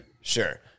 sure